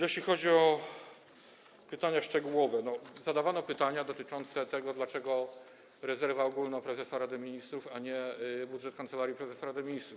Jeśli chodzi o pytania szczegółowe, zadawano pytania dotyczące tego, dlaczego rezerwa ogólna prezesa Rady Ministrów, a nie budżet Kancelarii Prezesa Rady Ministrów.